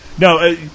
No